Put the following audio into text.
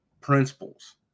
principles